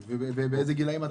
ובאיזה גילים הם?